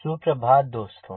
सुप्रभात दोस्तों